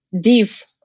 div